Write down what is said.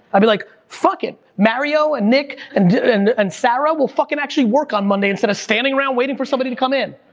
i'd be like, fuck it, mario and nick and and and sarah, will fucking actually work on monday instead of standing around waiting for somebody to come in.